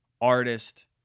artist